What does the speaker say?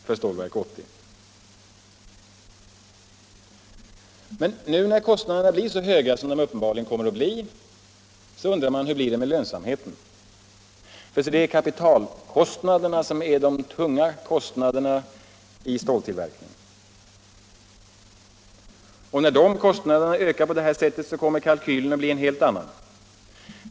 När nu kostnaderna blir så höga som de uppenbarligen kommer att bli undrar man hur det ställer sig med lönsamheten. Det är nämligen kapitalkostnaderna som utgör den tunga posten vid stålframställningen, och när de ökar på detta sätt blir kalkylen en helt annan.